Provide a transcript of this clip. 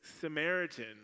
Samaritan